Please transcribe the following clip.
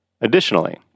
Additionally